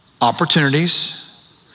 opportunities